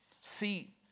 See